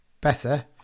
better